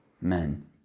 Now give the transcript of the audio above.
men